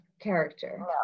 character